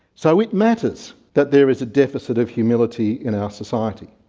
so it matters that there is a deficit of humility in our society.